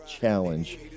challenge